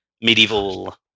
medieval